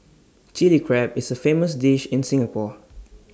Chilli Crab is A famous dish in Singapore